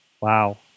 Wow